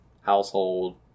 household